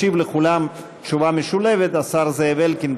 ישיב לכולם תשובה משולבת השר זאב אלקין,